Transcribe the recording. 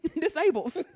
disables